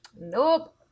Nope